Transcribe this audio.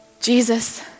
Jesus